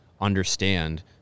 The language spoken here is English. understand